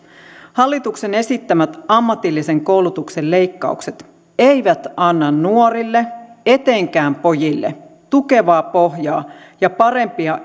hallituksen esittämät ammatillisen koulutuksen leikkaukset eivät anna nuorille etenkään pojille tukevaa pohjaa ja parempia